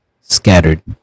scattered